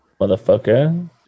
motherfucker